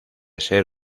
ser